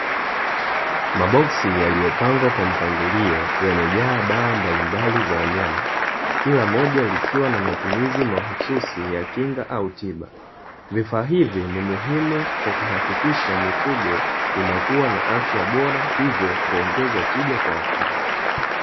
Maboksi yaliyopangwa kwa mpangilio, yamejaa dawa mbalimbali za wanyama, kila moja likiwa na matumizi mahususi ya kinga au tiba. Vifaa hivi ni muhimu kwa kuhakikisha mifugo inakuwa na afya bora, hivyo kuongeza tija kwa ufugaji.